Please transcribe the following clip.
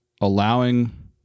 allowing